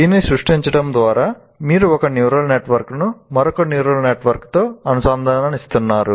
దీన్ని సృష్టించడం ద్వారా మీరు ఒక న్యూరల్ నెట్వర్క్ను మరొక న్యూరల్ నెట్వర్క్తో అనుసంధానిస్తున్నారు